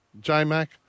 J-Mac